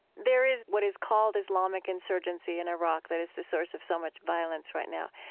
there is what is called islamic insurgency in iraq that is the source of so much violence right now.